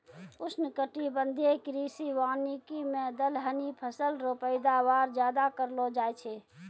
उष्णकटिबंधीय कृषि वानिकी मे दलहनी फसल रो पैदावार ज्यादा करलो जाय छै